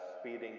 speeding